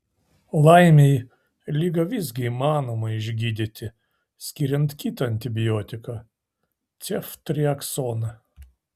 laimei ligą visgi įmanoma išgydyti skiriant kitą antibiotiką ceftriaksoną